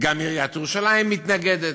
גם עיריית ירושלים מתנגדת.